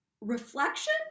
reflection